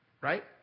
right